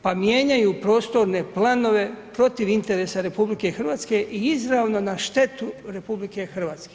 Pa mijenjaju prostorne planove protiv interesa RH i izravno na štetu RH.